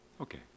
Okay